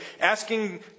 asking